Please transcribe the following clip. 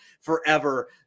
forever